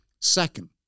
Second